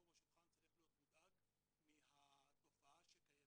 בשולחן צריך להיות מודאג מהתופעה שקיימת.